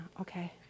okay